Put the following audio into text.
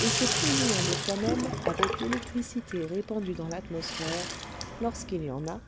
et se combinant de soi-même avec l'électricité répandue dans l'atmosphère lorsqu'il y en a